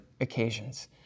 occasions